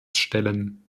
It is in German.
stellen